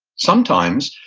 sometimes,